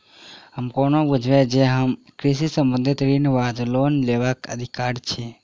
हम कोना बुझबै जे हम कृषि संबंधित ऋण वा लोन लेबाक अधिकारी छी?